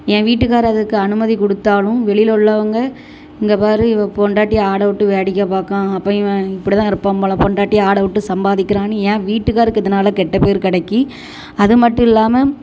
என் வீட்டுக்கார் அதுக்கு அனுமதி கொடுத்தாலும் வெளியில உள்ளவங்க இங்கே பார் இவன் பொண்டாட்டி ஆட விட்டு வேடிக்கை பார்க்கான் அப்போ இவன் இப்படி தான் இருப்பான் போல் பொண்டாட்டி ஆட விட்டு சம்பாதிக்கிறான்னு ஏன் வீட்டுக்காருக்கு இதனால் கெட்ட பேர் கிடைக்கி அது மட்டும் இல்லாமல்